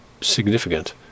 significant